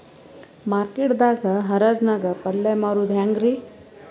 Market ದಾಗ್ ಹರಾಜ್ ನಾಗ್ ಪಲ್ಯ ಮಾರುದು ಹ್ಯಾಂಗ್ ರಿ?